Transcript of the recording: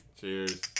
Cheers